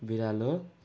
बिरालो